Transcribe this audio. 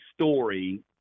story